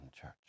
church